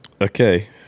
Okay